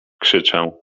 krzyczę